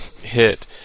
hit